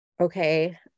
okay